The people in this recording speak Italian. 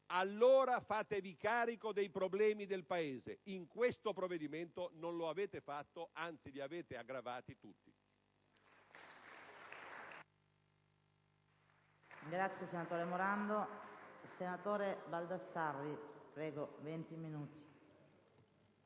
allora fatevi carico dei problemi del Paese. In questo provvedimento non l'avete fatto, anzi li avete aggravati tutti.